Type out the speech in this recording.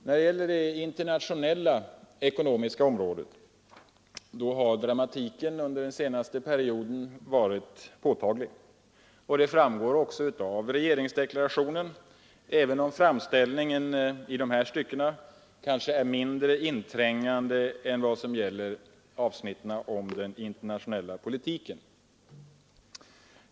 På det internationella ekonomiska området har dramatiken under den senaste perioden varit påtaglig. Detta framgår också av regeringsdeklarationen, även om framställningen i dessa stycken kanske är mindre inträngande än vad gäller avsnitten om den internationella politiken.